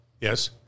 Yes